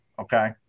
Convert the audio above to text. okay